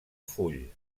full